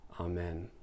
Amen